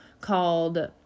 called